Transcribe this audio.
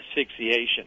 asphyxiation